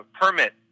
permit